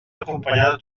acompanyades